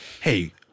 hey